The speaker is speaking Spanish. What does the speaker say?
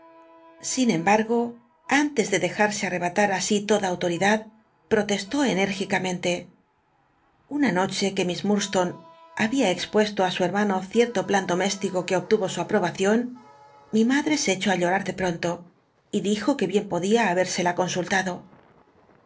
sin cmbatgo antes de dt'j use mtcbatar así toda au toridad protestó enrt icamente una nochr qur tlli s lluntstone hahia xpursto á su hcnuauo dctlu plan doméstico t ue oblu o su aprobacinn mi madre se echó llorar de pronto y dijo c ue bien poclia habérsela consultado